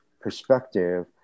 perspective